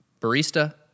barista